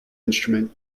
instrument